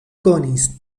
konis